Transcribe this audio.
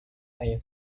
ayah